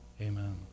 amen